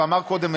ואמר קודם,